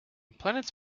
planets